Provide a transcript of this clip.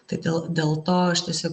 tai dėl dėl to aš tiesiog